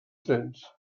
trens